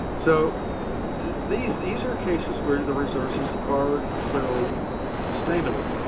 so these these are cases where the resources are clearly sustainable.